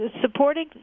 supporting